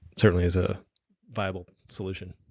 certainly is a viable solution